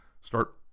start